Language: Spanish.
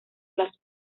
las